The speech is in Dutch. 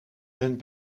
hun